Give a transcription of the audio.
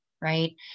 right